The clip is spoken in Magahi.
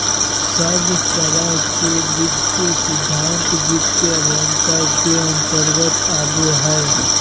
सब तरह के वित्तीय सिद्धान्त वित्तीय अभयन्ता के अन्तर्गत आवो हय